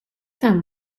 san